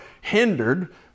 hindered